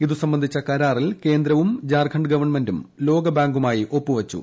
ഇതു സംബന്ധിച്ച കരാറിൽ കേന്ദ്രവും ജാർഖണ്ഡ് ഗ്വൺമെന്റും ലോകബാങ്കുമായി ഒപ്പു വച്ചു